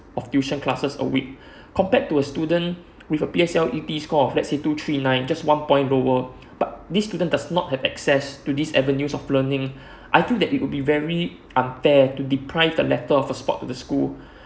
of tuition classes a week compared to a student with a P_S_L_E score let's say two three nine just one point lower but this student does not have access to this avenue of learning I feel that it would be very unfair to deprive the letter on the spot to the school